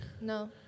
No